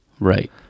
Right